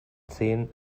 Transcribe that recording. zehn